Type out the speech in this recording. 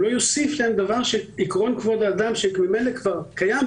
לא יוסיף להם דבר שעקרון כבוד האדם שכבר מעוגן בחוק